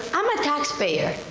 i'm a taxpayer,